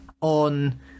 on